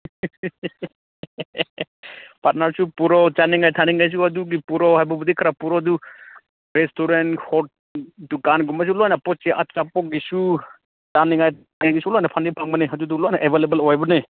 ꯄꯥꯔꯠꯅꯔꯁꯨ ꯄꯨꯔꯛꯑꯣ ꯆꯥꯅꯤꯡꯉꯥꯏ ꯊꯛꯅꯤꯡꯉꯥꯏꯁꯨ ꯑꯗꯨꯒꯤ ꯄꯨꯔꯣ ꯍꯥꯏꯕꯕꯨꯗꯤ ꯈꯔ ꯄꯨꯔꯣ ꯑꯗꯨ ꯔꯦꯁꯇꯨꯔꯦꯟ ꯗꯨꯀꯥꯟꯒꯨꯝꯕꯁꯨ ꯂꯣꯏꯅ ꯑꯠꯆꯥꯄꯣꯠꯀꯤꯁꯨ ꯆꯥꯅꯤꯡꯉꯥꯏ ꯊꯛꯅꯤꯡꯉꯥꯏꯒꯤꯁꯨ ꯂꯣꯏꯅ ꯐꯪꯗꯤ ꯐꯪꯕꯅꯦ ꯑꯗꯨꯗꯣ ꯂꯣꯏꯅ ꯑꯦꯕꯥꯏꯂꯦꯕꯜ ꯑꯣꯏꯕꯅꯦ